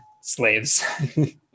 slaves